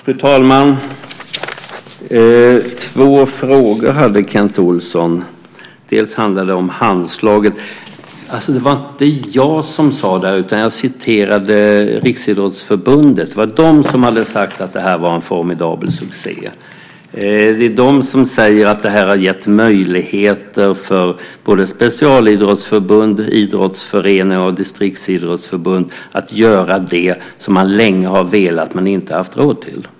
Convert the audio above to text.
Fru talman! Kent Olsson hade två frågor. En handlar om Handslaget. Det var inte jag som sade det. Jag citerade Riksidrottsförbundet. Det var de som hade sagt att det här var en formidabel succé. Det är de som säger att det här har gett möjligheter för både specialidrottsförbund, idrottsföreningar och distriktsidrottsförbund att göra det som man länge har velat men inte haft råd till.